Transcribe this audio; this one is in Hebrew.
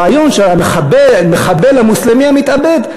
הרעיון של המחבל המוסלמי המתאבד,